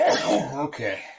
okay